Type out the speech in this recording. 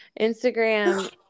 Instagram